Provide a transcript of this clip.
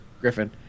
griffin